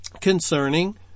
concerning